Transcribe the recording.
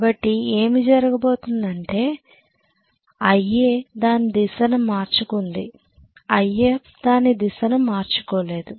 కాబట్టి ఏమి జరగబోతోంది అంటే Ia దాని దిశను మార్చుకుంది If దాని దిశను మార్చుకోలేదు